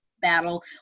battle